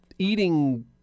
eating